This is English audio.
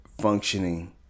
functioning